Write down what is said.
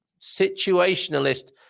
situationalist